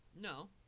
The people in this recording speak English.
No